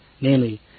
namely